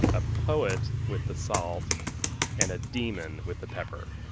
a poet with the salt and a demon with the pepper.